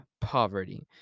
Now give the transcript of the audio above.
poverty